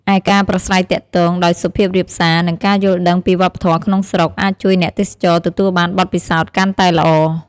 ឯការប្រាស្រ័យទាក់ទងដោយសុភាពរាបសារ និងការយល់ដឹងពីវប្បធម៌ក្នុងស្រុក អាចជួយអ្នកទេសចរទទួលបានបទពិសោធន៍កាន់តែល្អ។